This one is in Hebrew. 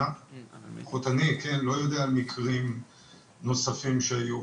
לפחות אני לא יודע על מקרים נוספים שהיו.